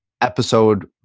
episode